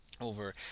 over